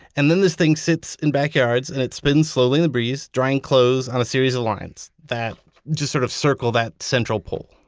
and then, this thing sits in backyards, and it spins slowly in the breeze drying clothes on a series of lines that just sort of circle that central pole.